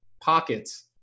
pockets